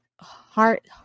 Heart